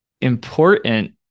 important